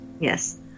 Yes